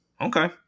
okay